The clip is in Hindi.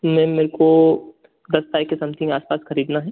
मैम मेरे को दस तारीख़ के समथिंग आस पास खरीदना है